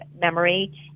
memory